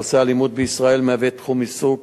נושא האלימות בישראל מהווה תחום עיסוק